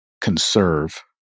conserve